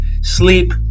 sleep